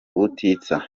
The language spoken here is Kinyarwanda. ubutitsa